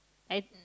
I